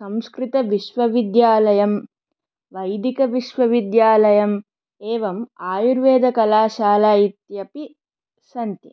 संस्कृतविश्वविद्यालयः वैदिकविश्वविद्यालयः एवम् आयुर्वेदकलाशाला इत्यपि सन्ति